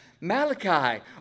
Malachi